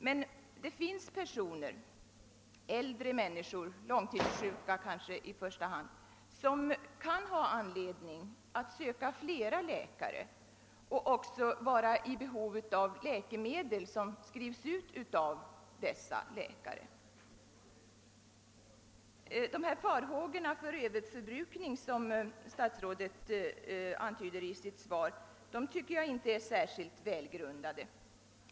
Det finns emellertid personer, äldre människor och kanske i första hand långtidssjuka, som kan ha anledning att söka flera läkare och även vara i behov av läkemedel som skrivs ut av dessa läkare. De farhågor för överförbrukning som statsrådet antyder i sitt svar tycker jag inte är särskilt välgrundade.